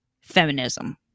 feminism